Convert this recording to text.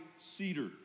cedar